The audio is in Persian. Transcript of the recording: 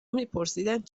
میپرسیدند